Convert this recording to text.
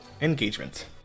engagement